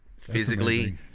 Physically